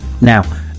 Now